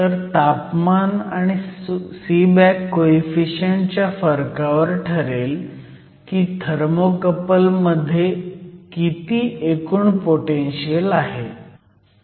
तर तापमान आणि सीबॅक कोईफिशियंट च्या फरकावर ठरेल की थर्मोकपल मध्ये किती एकूण पोटेनशीयल आहे